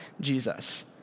Jesus